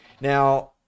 Now